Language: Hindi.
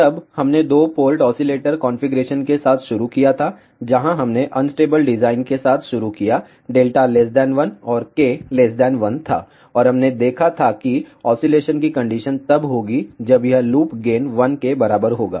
तब हमने दो पोर्ट ऑसिलेटर कॉन्फ़िगरेशन के साथ शुरू किया था जहां हमने अनस्टेबल डिजाइन के साथ शुरू किया Δ 1 और K 1 था और हमने देखा था कि ऑसीलेशन की कंडीशन तब होगी जब यह लूप गेन 1 के बराबर होगा